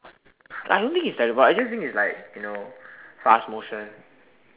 I don't think is terrible I just think is like you know fast motion